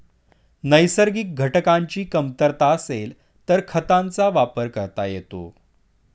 नैसर्गिक घटकांची कमतरता असेल तर खतांचा वापर करता येतो